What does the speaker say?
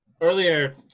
Earlier